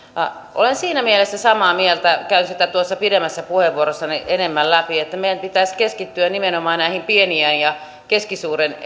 olen siinä mielessä samaa mieltä käyn sitä tuossa pidemmässä puheenvuorossani enemmän läpi että meidän pitäisi keskittyä nimenomaan näihin pienen ja keskisuuren